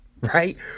right